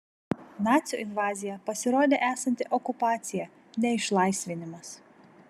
nacių invazija pasirodė esanti okupacija ne išlaisvinimas